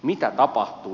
mitä tapahtui